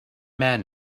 man